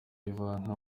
ivanka